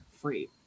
free